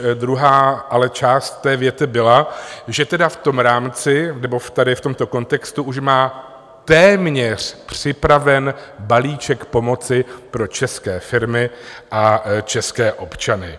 Ale druhá část té věty byla, že tedy v tom rámci nebo tady v tomto kontextu už má téměř připraven balíček pomoci pro české firmy a české občany.